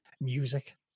music